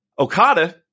Okada